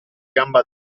gamba